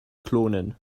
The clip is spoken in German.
klonen